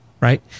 right